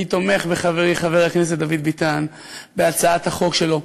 אני תומך בחברי חבר הכנסת דוד ביטן בהצעת החוק שלו.